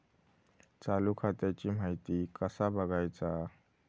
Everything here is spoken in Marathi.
चालू खात्याची माहिती कसा बगायचा?